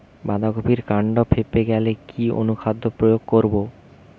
বাঁধা কপির কান্ড ফেঁপে গেলে কি অনুখাদ্য প্রয়োগ করব?